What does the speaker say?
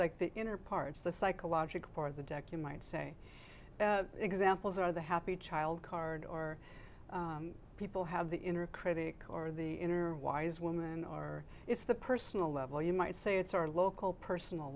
like the inner parts the psychological part of the deck you might say examples are the happy child card or people have the inner critic or the inner wise woman or it's the personal level you might say it's our local personal